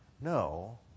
No